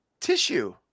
tissue